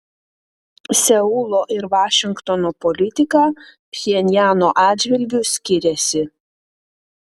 seulo ir vašingtono politika pchenjano atžvilgiu skiriasi